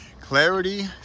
clarity